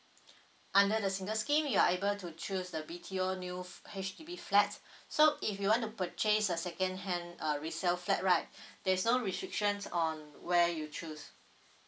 under the single scheme you are able to choose the B_T_O new f~ H_D_B flat so if you want to purchase a secondhand uh resale flat right there's no restrictions on where you choose